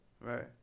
right